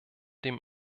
dem